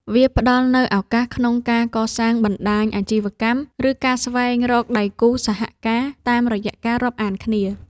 វាផ្ដល់នូវឱកាសក្នុងការកសាងបណ្ដាញអាជីវកម្ម ឬការស្វែងរកដៃគូសហការតាមរយៈការរាប់អានគ្នា។